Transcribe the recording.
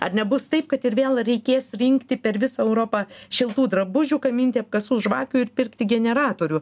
ar nebus taip kad ir vėl reikės rinkti per visą europą šiltų drabužių gaminti apkasų žvakių ir pirkti generatorių